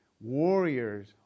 warriors